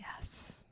Yes